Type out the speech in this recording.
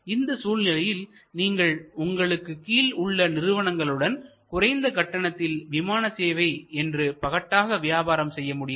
இந்த சூழ்நிலையில் நீங்கள் உங்களுக்கு கீழ் உள்ள நிறுவனங்களுடன் குறைந்த கட்டணத்தில் விமான சேவை என்று பகட்டாக வியாபாரம் செய்ய முடியாது